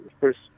first